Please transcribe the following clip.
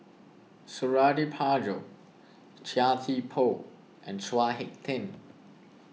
Suradi Parjo Chia Thye Poh and Chao Hick Tin